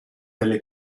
delle